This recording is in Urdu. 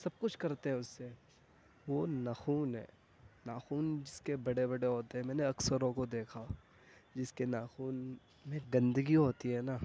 سب کچھ کرتے ہیں اس سے وہ ناخون ہے ناخون جس کے بڑے بڑے ہوتے ہیں میں نے اکثروں کو دیکھا جس کے ناخون میں گندگی ہوتی ہے نا